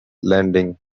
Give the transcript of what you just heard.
landing